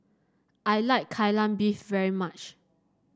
I like Kai Lan Beef very much